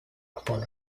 upon